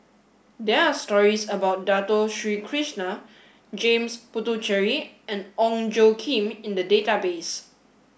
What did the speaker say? there are stories about Dato Sri Krishna James Puthucheary and Ong Tjoe Kim in the database